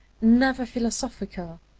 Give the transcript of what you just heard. never philosophical.